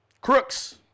Crooks